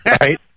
right